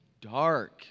dark